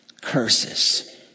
curses